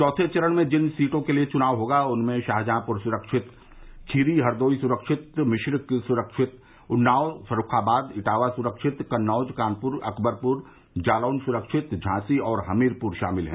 चौथे चरण में जिन सीटों के लिये चुनाव होगा उनमें शाहजहांपुर सुरक्षित खीरी हरदोई सुरक्षित मिश्रिख सुरक्षित उन्नाव फर्रुखाबाद इटावा सुरक्षित कन्नौज कानपुर अकबरपुर जालौन सुरक्षित झांसी और हमीरपुर शामिल हैं